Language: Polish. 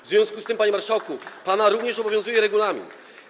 W związku z tym, panie marszałku, pana również obowiązuje regulamin.